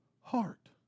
heart